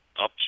Up